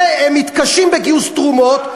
בגלל זה הם מתקשים בגיוס תרומות,